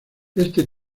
este